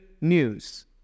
news